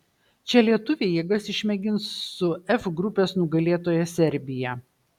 čia lietuviai jėgas išmėgins su f grupės nugalėtoja serbija